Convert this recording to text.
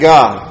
God